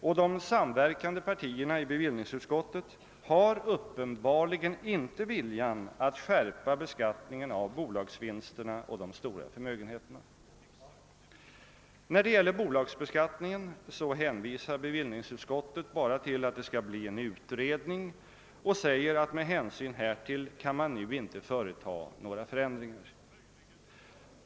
Och de samverkande partierna i bevillningsutskottet har uppenbarligen inte viljan att skärpa beskattningen av bolagsvinsterna och de stora förmögenheterna. När det gäller bolagsbeskattningen hänvisar bevillningsutskottet endast till att det skall bli en utredning och säger att med hänsyn härtill kan man nu inte företa några förändringar.